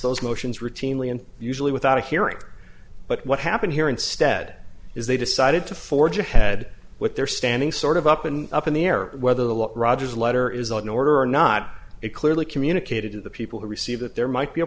those motions routinely and usually without a hearing but what happened here instead is they decided to forge ahead with their standing sort of up and up in the air whether the law rogers letter is an order or not it clearly communicated to the people who receive that there might be a